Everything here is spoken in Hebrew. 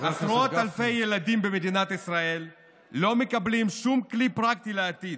היום עשרות אלפי ילדים במדינת ישראל לא מקבלים שום כלי פרקטי לעתיד,